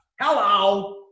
Hello